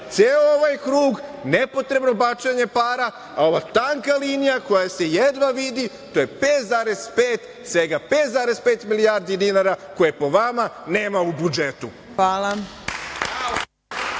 ovaj krug, nepotrebno bacanje para, a ova tanka linija koja se jedva vidi, to je 5,5 milijardi dinara koje po vama nema u budžetu.